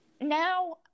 now